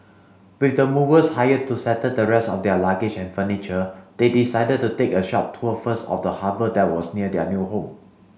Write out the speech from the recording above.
with the movers hired to settle the rest of their luggage and furniture they decided to take a short tour first of the harbour that was near their new home